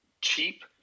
cheap